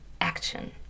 action